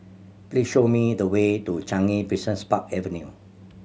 please show me the way to Changi Park Avenue